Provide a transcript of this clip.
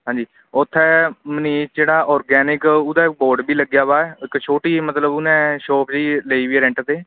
ਹਾਂਜੀ ਉੱਥੇ ਮਨੀਸ਼ ਜਿਹੜਾ ਔਰਗੈਨਿਕ ਉਹਦਾ ਬੋਰਡ ਵੀ ਲੱਗਿਆ ਵਾ ਇੱਕ ਛੋਟੀ ਮਤਲਬ ਉਹਨੇ ਸ਼ੋਪ ਜਿਹੀ ਲਈ ਵੀ ਰੈਂਟ 'ਤੇ